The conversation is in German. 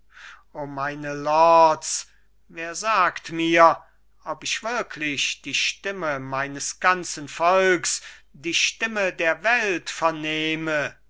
lords wer sagt mir ob ich wirklich die stimme meines ganzen volks die stimme der welt vernehme